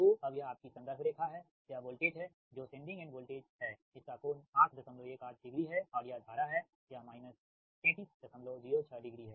तो अब यह आपकी रेफ़रेंस रेखा है यह वोल्टेज है जो सेंडिंग एंड वोल्टेज है इसका कोण 818 डिग्री है और यह धारा है यह माइनस 3306 डिग्री है